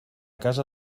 casa